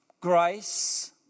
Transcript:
grace